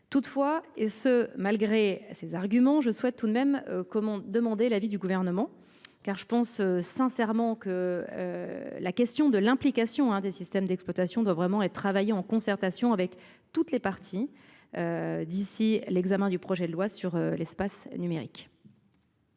Toutefois et ce malgré ses arguments. Je souhaite tout de même. Comme on demandait l'avis du gouvernement, car je pense sincèrement que. La question de l'implication un des systèmes d'exploitation doit vraiment et travailler en concertation avec toutes les parties. D'ici l'examen du projet de loi sur l'espace numérique.